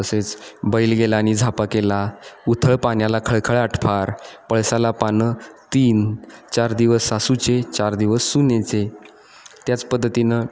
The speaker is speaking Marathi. तसेच बैल गेला आणि झापा केला उथळ पाण्याला खळखळाट फार पळसाला पानं तीन चार दिवस सासूचे चार दिवस सुनेचे त्याच पद्धतीनं